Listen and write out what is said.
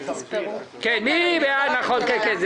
מי נמנע?